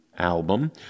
album